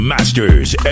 Masters